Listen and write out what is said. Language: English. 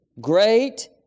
great